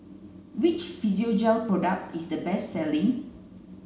which Physiogel product is the best selling